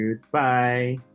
goodbye